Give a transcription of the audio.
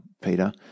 Peter